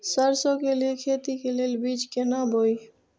सरसों के लिए खेती के लेल बीज केना बोई?